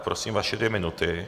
Prosím, vaše dvě minuty.